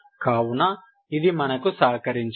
కావున ఇది మనకు సహకరించదు